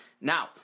Now